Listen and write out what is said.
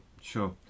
sure